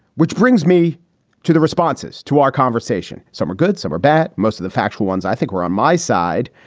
which brings me to the responses to our conversation. some are good. some are bad. most of the factual ones. i think we're on my side.